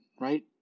right